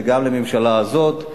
וגם הממשלה הזאת.